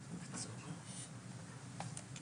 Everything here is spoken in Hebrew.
יש מישהו שהוא מטעם הקמפיין,